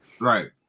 Right